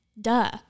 duh